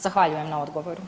Zahvaljujem na odgovoru.